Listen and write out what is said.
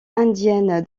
indienne